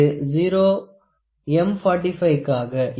இது 0 M 45 க்காக